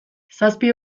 zazpi